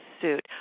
suit